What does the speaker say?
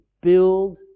Build